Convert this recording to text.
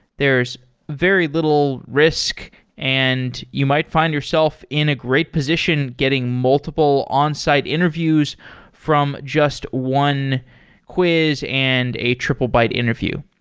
there's very little risk and you might find yourself in a great position getting multiple onsite interviews from just one quiz and a triplebyte interview.